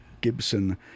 Gibson